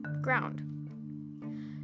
ground